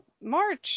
March